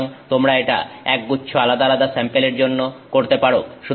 সুতরাং তোমরা এটা একগুচ্ছ আলাদা আলাদা স্যাম্পেলের জন্য করতে পারো